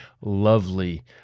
lovely